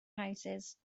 houses